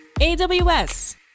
AWS